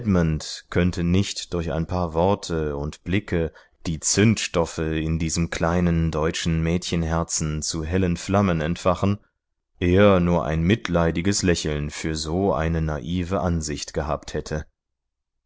edmund könnte nicht durch ein paar worte und blicke die zündstoffe in diesem kleinen deutschen mädchenherzen zu hellen flammen entfachen er nur ein mitleidiges lächeln für eine so naive ansicht gehabt hätte